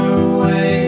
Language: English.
away